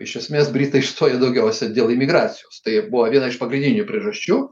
iš esmės britai išstojo daugiausia dėl imigracijos tai buvo viena iš pagrindinių priežasčių